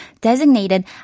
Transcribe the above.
designated